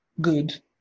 good